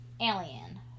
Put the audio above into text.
Alien